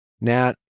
Nat